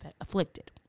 afflicted